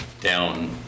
down